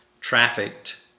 trafficked